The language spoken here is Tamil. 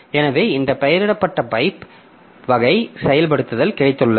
எனவே இந்த பெயரிடப்பட்ட பைப் வகை செயல்படுத்தல் கிடைத்துள்ளது